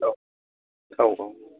औ औ औ औ